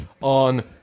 on